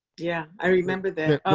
yeah, i remember that.